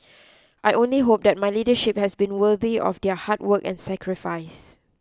I only hope that my leadership has been worthy of their hard work and sacrifice